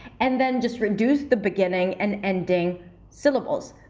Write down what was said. and then just reduce the beginning and ending syllables.